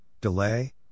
delay